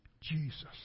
Jesus